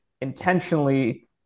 intentionally